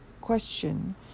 question